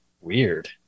Weird